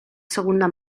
segunda